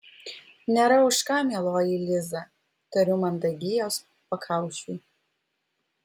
nėra už ką mieloji liza tariu mandagiai jos pakaušiui